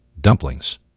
dumplings